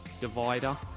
divider